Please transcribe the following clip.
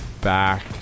back